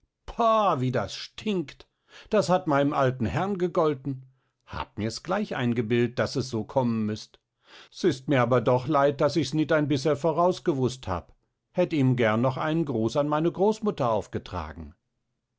wie das stinkt das hat meinem alten herrn gegolten hab mirs gleich eingebildt daß es so kommen müst s ist mir aber doch leid daß ichs nit ein bißerl vorausgewust hab hätt ihm gern noch einen gruß an meine großmutter aufgetragen